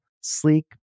sleek